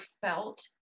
felt